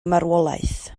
marwolaeth